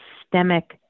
systemic